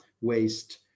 waste